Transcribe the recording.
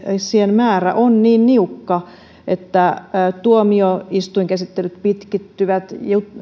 määrä on niin niukka että tuomioistuinkäsittelyt pitkittyvät